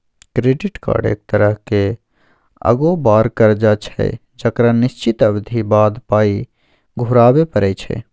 credit card एक तरहक अगोबार करजा छै जकरा निश्चित अबधी बाद पाइ घुराबे परय छै